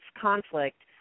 conflict